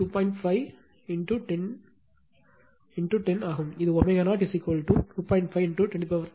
5 10 ஆகும் இது ω0 2